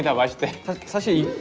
yeah wash the kimchi.